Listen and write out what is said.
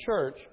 church